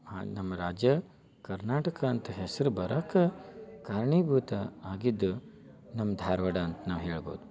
ಹಾಂ ನಮ್ಮ ರಾಜ್ಯ ಕರ್ನಾಟಕ ಅಂತ ಹೆಸ್ರು ಬರೋಕ್ಕೆ ಕಾರಣೀಭೂತ ಆಗಿದ್ದು ನಮ್ಮ ಧಾರವಾಡ ಅಂತ ನಾವು ಹೇಳ್ಬೋದು